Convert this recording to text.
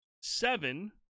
Seven